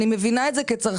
אני מבינה את זה כצרכנית.